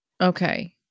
Okay